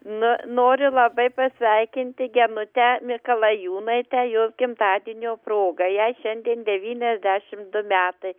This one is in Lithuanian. nu noriu labai pasveikinti genutę mikalajūnaitę jos gimtadienio proga jai šiandien devyniasdešim du metai